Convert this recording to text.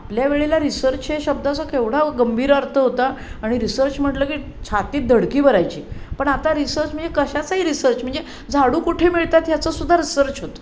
आपल्या वेळेला रिसर्च हे शब्दाचा केवढा गंभीर अर्थ होता आणि रिसर्च म्हटलं की छातीत धडकी भरायची पण आता रिसर्च म्हणजे कशाचाही रिसर्च म्हणजे झाडू कुठे मिळतात ह्याचंसुद्धा रिसर्च होतं